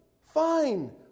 fine